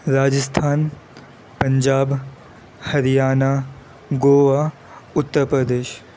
Rajasthan Punjab Haryana Goa Uttar Pradesh